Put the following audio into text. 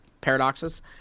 Paradoxes